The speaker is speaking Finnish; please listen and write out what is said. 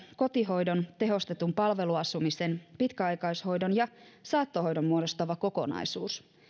kotihoidon tehostetun palveluasumisen pitkäaikaishoidon ja saattohoidon muodostava kokonaisuus